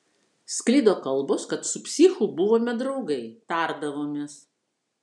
sklido kalbos kad su psichu buvome draugai tardavomės